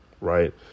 right